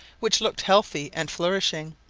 which looked healthy and flourishing.